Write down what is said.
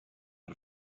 out